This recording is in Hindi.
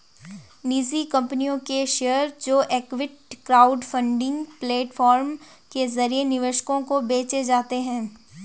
निजी कंपनियों के शेयर जो इक्विटी क्राउडफंडिंग प्लेटफॉर्म के जरिए निवेशकों को बेचे जाते हैं